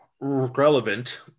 relevant